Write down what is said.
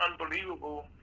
unbelievable